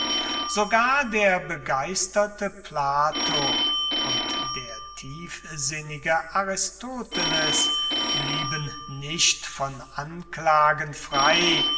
sogar der begeisterte plato und der tiefsinnige aristoteles blieben nicht von anklagen frei